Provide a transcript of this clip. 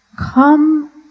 Come